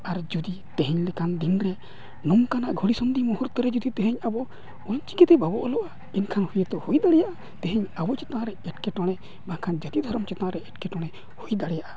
ᱟᱨ ᱡᱩᱫᱤ ᱛᱤᱦᱤᱧ ᱞᱮᱠᱟᱱ ᱫᱤᱱ ᱨᱮ ᱱᱚᱝᱠᱟᱱᱟᱜ ᱜᱷᱚᱱᱤ ᱥᱚᱱᱫᱷᱤ ᱢᱩᱦᱩᱨᱛᱚ ᱨᱮ ᱡᱩᱫᱤ ᱛᱤᱦᱤᱧ ᱟᱵᱚ ᱚᱞᱪᱤᱠᱤ ᱛᱮ ᱵᱟᱵᱚᱱ ᱚᱞᱚᱜᱼᱟ ᱮᱱᱠᱷᱟᱱ ᱦᱚᱭᱛᱳ ᱦᱩᱭ ᱫᱟᱲᱮᱭᱟᱜᱼᱟ ᱛᱤᱦᱤᱧ ᱟᱵᱚ ᱪᱮᱛᱟᱱ ᱨᱮ ᱮᱴᱠᱮᱴᱚᱬᱮ ᱵᱟᱠᱷᱟᱱ ᱡᱟᱹᱛᱤ ᱫᱷᱚᱨᱚᱢ ᱪᱮᱛᱟᱱ ᱨᱮ ᱮᱴᱠᱮᱴᱚᱬᱮ ᱦᱩᱭ ᱫᱟᱲᱮᱭᱟᱜᱼᱟ